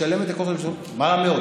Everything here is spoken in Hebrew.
משלמת, מה "רע מאוד"?